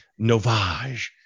Novage